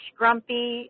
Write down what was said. grumpy